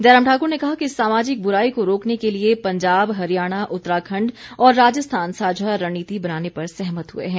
जयराम ठाकुर ने कहा कि इस सामाजिक बुराई को रोकने के लिए पंजाब हरियाणा उत्तराखंड और राजस्थान साझा रणनीति बनाने पर सहमत हुए हैं